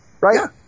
right